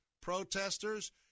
protesters